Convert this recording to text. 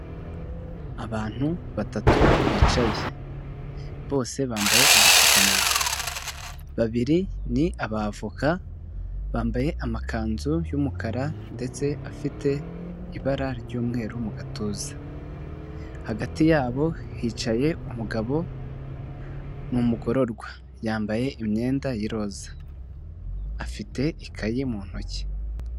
Abantu batatu bicaye bose bambaye udupfukamunwa babiri ni abavoka, bambaye amakanzu y'umukara ndetse afite ibara ry'umweru mu gatuza hagati yabo hicaye umugabo ni umugororwa yambaye imyenda y'iroza afite ikaye mu ntoki.